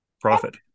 profit